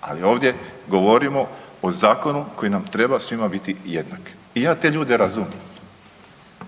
ali ovdje govorimo o zakonu koji nam svima treba biti jednak. I ja te ljude razumijem